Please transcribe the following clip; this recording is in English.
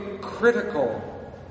critical